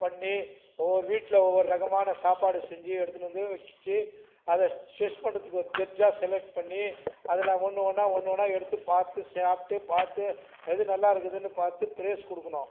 பண்ணி ஒவ்வொரு வீட்டில் ஒவ்வொரு ரகமான சாப்பாடு செஞ்சு எடுத்துனு வந்து வச்சு அதை டெஸ்ட் பண்ணுறதுக்கு ஜட்ஜ்ஜாக செலக்ட் பண்ணி அதில் ஒன்று ஒன்றா ஒன்று ஒன்றா பார்த்து சாப்பிட்டு பார்த்து எது நல்லாயிருக்குதுனு பார்த்து ப்ரைஸ் கொடுக்கணும்